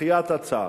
דחיית הצעה.